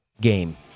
game